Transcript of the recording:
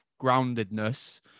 groundedness